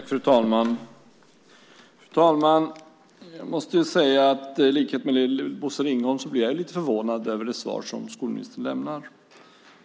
Fru talman! Jag måste säga att i likhet med Bosse Ringholm blir jag lite förvånad över det svar som skolministern lämnar.